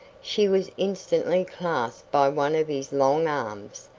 she was instantly clasped by one of his long arms,